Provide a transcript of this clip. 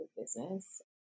business